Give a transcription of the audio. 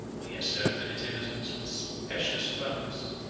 where he asserted his innocence with specious firmness,